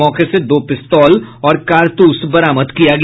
मौके से दो पिस्तौल और कारतूस बरामद किया गया